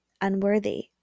unworthy